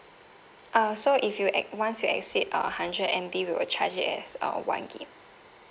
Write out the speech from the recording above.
uh so if you e~ once you exceed a hundred M_B we will charge it as uh one gig